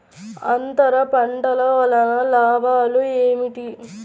అంతర పంటల వలన లాభాలు ఏమిటి?